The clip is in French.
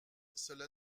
cela